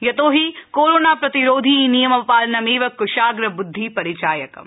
यतोहि कोरोना प्रतिरोधी नियमपालनमेव क्शाग्रब्द्धि परिचायकम्